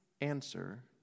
answer